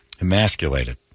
emasculated